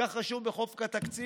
כך רשום בחוק התקציב,